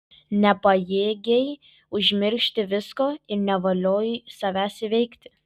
nepajėgei užmiršti visko ir nevaliojai savęs įveikti